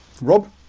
Rob